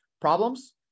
problems